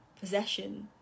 possession